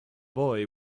boy